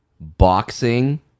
boxing